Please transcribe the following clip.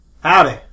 Howdy